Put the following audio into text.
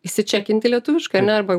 įsičekinti lietuviškai ar ne arba